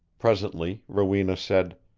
presently rowena said,